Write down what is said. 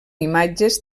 imatges